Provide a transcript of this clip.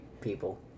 people